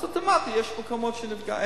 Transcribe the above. אז אוטומטית יש מקומות שנפגעים.